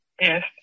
Yes